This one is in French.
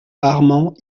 armand